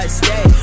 stay